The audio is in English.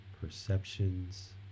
perceptions